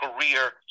career